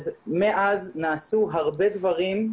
מאז נעשו הרבה דברים.